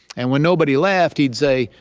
and when nobody laughed, he'd say,